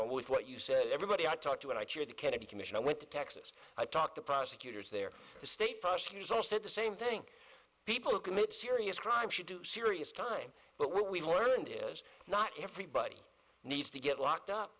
on with what you say everybody i talk to and i cheer the kennedy commission i went to texas i talked to prosecutors there the state prosecutors all said the same thing people who commit serious crimes should do serious time but what we've learned is not everybody needs to get locked up